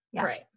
Right